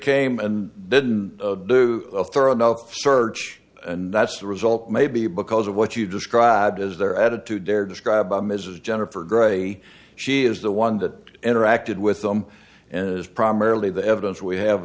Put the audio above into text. came and didn't do a thorough enough search and that's the result maybe because of what you described as their attitude they're described by mrs jennifer gray she is the one that interacted with them as primarily the evidence we have